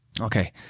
Okay